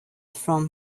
from